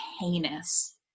heinous